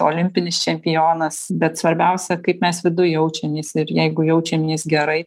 olimpinis čempionas bet svarbiausia kaip mes viduj jaučiamės ir jeigu jaučiamės gerai